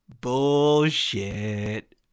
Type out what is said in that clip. Bullshit